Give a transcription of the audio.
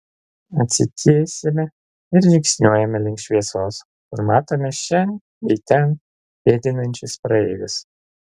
atsitiesiame ir žingsniuojame link šviesos kur matome šen bei ten pėdinančius praeivius